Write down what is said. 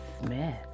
Smith